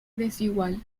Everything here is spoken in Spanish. desigual